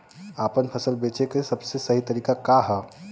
आपन फसल बेचे क सबसे सही तरीका का ह?